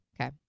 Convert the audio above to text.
Okay